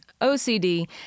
OCD